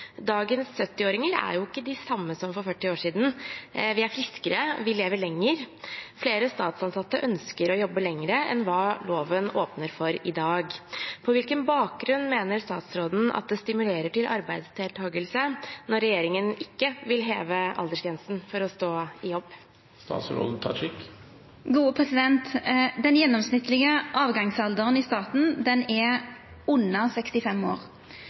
Dagens 70-åringer er ikke de samme som for 40 år siden, vi er friskere og vi lever lengre. Flere statsansatte ønsker å jobbe lengre enn hva loven åpner for i dag. På hvilken bakgrunn mener statsråden at det stimulerer til arbeidsdeltakelse når regjeringen ikke vil heve aldersgrensen for å stå i jobb?» Den gjennomsnittlege avgangsalderen i staten er under 65 år.